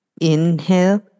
Inhale